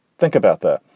think about that.